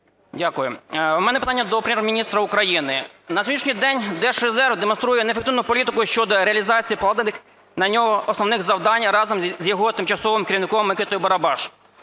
Дякую. В мене питання до Прем'єр-міністра України. На сьогоднішній день Держрезерв демонструє неефективну політику щодо реалізації покладених на нього основних завдань разом з його тимчасовим керівником Микитою Барабашем.